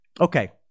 Okay